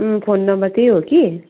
उम् phone number त्यही हो कि